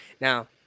Now